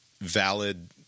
valid